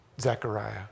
Zechariah